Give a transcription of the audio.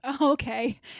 Okay